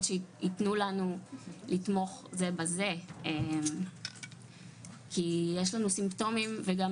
שיתנו לנו לתמוך זה בזה כי יש לנו סימפטומים וגם